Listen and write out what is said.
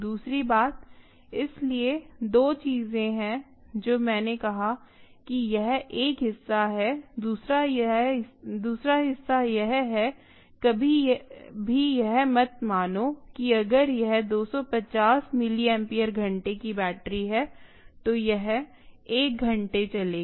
दूसरी बात इसलिए दो चीजें हैं जो मैंने कहा कि यह एक हिस्सा है दूसरा हिस्सा यह है कभी भी यह मत मानो कि अगर यह 250 मिलिएम्पेयर घंटे की बैटरी है तो यह एक घंटे चलेगी